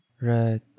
Right